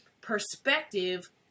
perspective